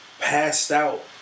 passed-out